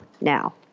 now